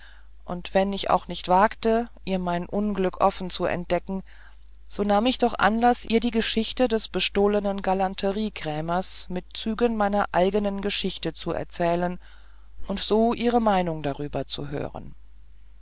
und wenn ich auch nicht wagte ihr mein unglück offen zu entdecken so nahm ich doch anlaß ihr die geschichte des bestohlenen galanteriekrämers mit zügen meiner eigenen geschichte zu erzählen und so ihre meinung darüber zu hören